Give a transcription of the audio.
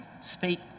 speak